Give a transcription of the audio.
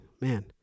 man